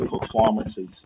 performances